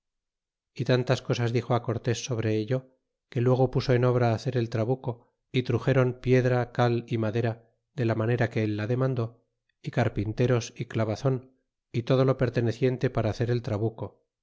y tantas cosas dixo á cortés sobre ello que luego puso en obra hacer el trabuco y truxeron piedra cal y madera de la manera que él la demandó y carpinteros y clavazon y todo lo perteneciente para hacer el trabuco